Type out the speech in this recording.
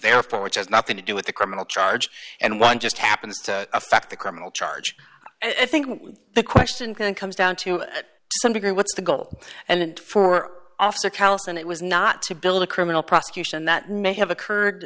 there for which has nothing to do with the criminal charge and one just happens to affect the criminal charge and i think the question comes down to some degree what's the goal and for officer callison it was not to build a criminal prosecution that may have occurred